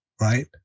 right